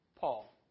Paul